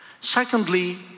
Secondly